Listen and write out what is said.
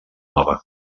nova